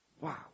Wow